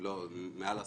לא, מעל לעשור.